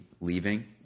Leaving